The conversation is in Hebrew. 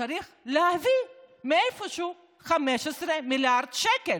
צריך להביא מאיפשהו 15 מיליארד שקל.